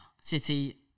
City